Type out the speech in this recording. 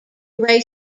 gray